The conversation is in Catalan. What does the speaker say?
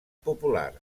populars